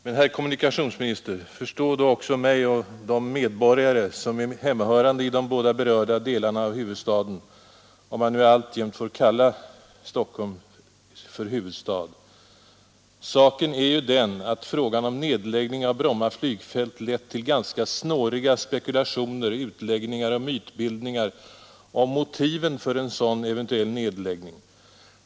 Men, herr kommunikationsminister, förstå då också mig och de medborgare som är hemmahörande i de båda berörda delarna av huvudstaden, om man nu alltjämt får kalla Stockholm för huvudstad. Saken är ju den att frågan om nedläggning av Bromma flygfält lett till ganska snåriga spekulationer, utläggningar och mytbildningar om motiven för en sådan eventuell nedläggning.